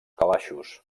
calaixos